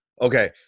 okay